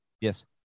yes